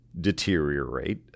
deteriorate